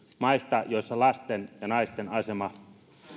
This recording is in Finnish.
maista joissa lasten ja naisten asema